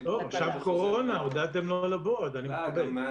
בקורונה הודעתם לא לבוא אז אני מקבל.